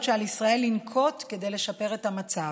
שעל ישראל לנקוט כדי לשפר את המצב.